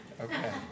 Okay